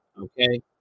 Okay